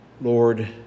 Lord